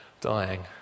dying